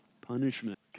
punishment